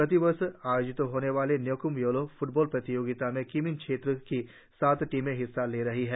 प्रतिवर्ष आयोजित होने वाले न्योक्म य्लो फ्टबॉल प्रतियोगिता में किमिन क्षेत्र की सात टीमें हिस्सा ले रही है